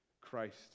Christ